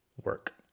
work